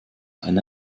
eine